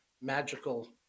magical